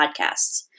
podcasts